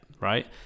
Right